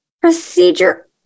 procedure